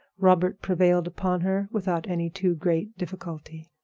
robert prevailed upon her without any too great difficulty.